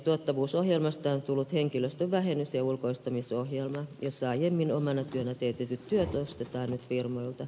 tuottavuusohjelmasta on tullut henkilöstön vähennys ja ulkoistamisohjelma jossa aiemmin omana työnä teetetyt työt ostetaan nyt firmoilta